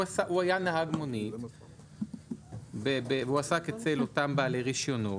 הוא היה נהג מונית והוא עסק אצל אותם בעלי רישיונות.